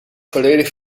volledig